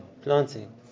planting